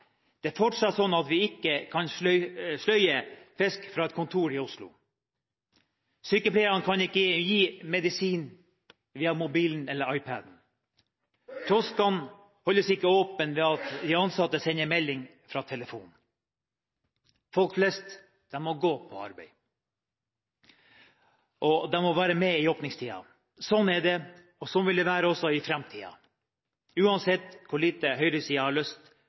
Det er fortsatt slik at vi ikke kan sløye fisk fra et kontor i Oslo. Sykepleierne kan ikke gi medisin via mobilen eller iPad-en. Kioskene holdes ikke åpen ved at de ansatte sender melding fra telefonen. Folk flest må gå på arbeid, og de må være der i åpningstiden. Sånn er det, og sånn vil det også være i framtiden, uansett hvor lite høyresiden har lyst